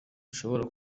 bushobora